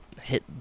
hit